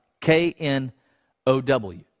K-N-O-W